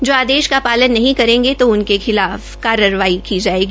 जो आदेश का पालन नहीं करेंगे तो उनके खिलाफ कार्यवाही की जाएगी